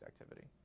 activity